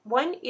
one